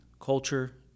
culture